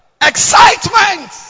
Excitement